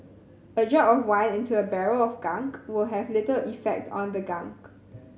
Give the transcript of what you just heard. a drop of wine into a barrel of gunk will have little effect on the gunk